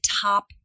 top